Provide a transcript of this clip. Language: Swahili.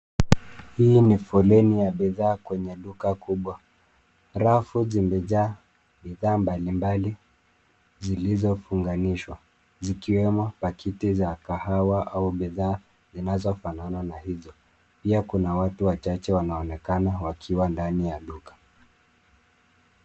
Hii ni foleni ya bidhaa kwenye duka kubwa. Rafu zimejaa bidhaa mbalimbali zilizofunganishwa zikiwemo pakiti za kahawa au bidhaa zinazofanana na hizo. Pia kuna watu wachache wanaonekana wakiwa ndani ya duka.